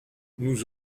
nous